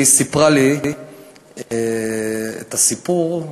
והיא סיפרה לי את הסיפור,